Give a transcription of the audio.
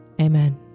Amen